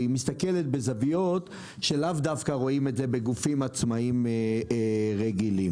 היא מסתכלת בזוויות שלא רואים בהכרח בגופים עצמאים רגילים.